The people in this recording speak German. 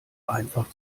einfach